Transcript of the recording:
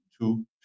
two